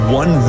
one